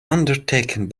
undertaken